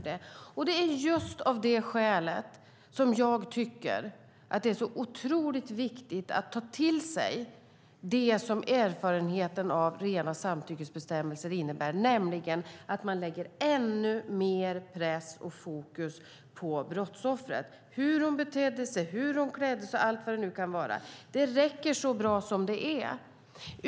Det är just av det skälet som jag tycker att det är otroligt viktigt att ta till sig det som erfarenheten av den rena samtyckesbestämmelsen innebär, nämligen att man lägger ännu mer press och fokus på brottsoffret - hur de betedde sig, hur de klädde sig och allt vad det nu kan vara. Det räcker så bra som det är.